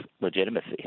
legitimacy